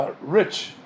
rich